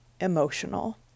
emotional